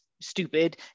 stupid